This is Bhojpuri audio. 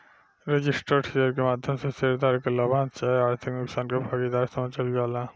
रजिस्टर्ड शेयर के माध्यम से शेयर धारक के लाभांश चाहे आर्थिक नुकसान के भागीदार समझल जाला